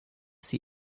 see